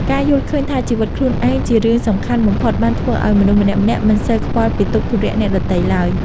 ការយល់ឃើញថាជីវិតខ្លួនឯងជារឿងសំខាន់បំផុតបានធ្វើឱ្យមនុស្សម្នាក់ៗមិនសូវខ្វល់ពីទុក្ខធុរៈអ្នកដទៃឡើយ។